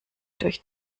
durch